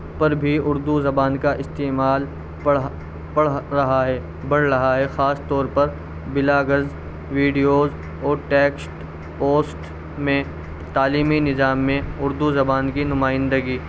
پر بھی اردو زبان کا استعمال پڑھ پڑھ رہا ہے بڑھ رہا ہے خاص طور پر بلاگز ویڈیوز اور ٹیکسٹ پوسٹ میں تعلیمی نظام میں اردو زبان کی نمائندگی